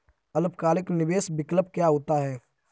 अल्पकालिक निवेश विकल्प क्या होता है?